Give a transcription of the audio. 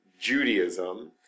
Judaism